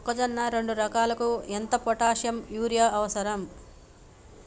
మొక్కజొన్న రెండు ఎకరాలకు ఎంత పొటాషియం యూరియా అవసరం?